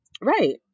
Right